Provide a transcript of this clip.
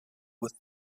with